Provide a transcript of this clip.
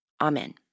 Amen